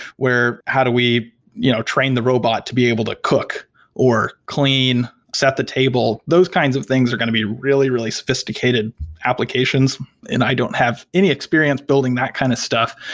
where how do we you know train the robot to be able to cook or clean, set the table? those kinds of things are going to be really, really sophisticated applications, and i don't have any experience building that kind of stuff.